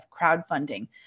crowdfunding